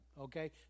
okay